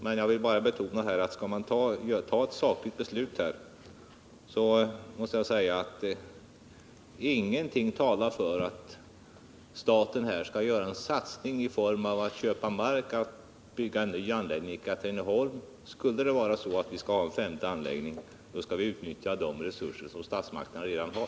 Men skall man fatta ett sakligt beslut talar ingenting för att staten skulle göra en satsning genom att köpa mark och bygga en ny anläggning i Katrineholm. Om vi skall ha en femte anläggning skall vi utnyttja de resurser som statsmakterna redan har.